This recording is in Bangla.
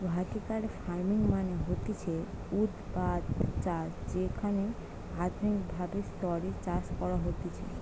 ভার্টিকাল ফার্মিং মানে হতিছে ঊর্ধ্বাধ চাষ যেখানে আধুনিক ভাবে স্তরে চাষ করা হতিছে